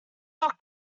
not